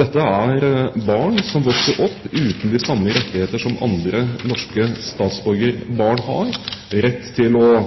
Dette er barn som vokser opp uten de samme rettigheter som barn med norsk statsborgerskap har: rett til å